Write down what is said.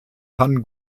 pan